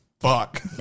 fuck